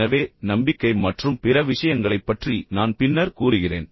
எனவே நம்பிக்கை மற்றும் பிற விஷயங்களைப் பற்றி நான் பின்னர் கூறுகிறேன்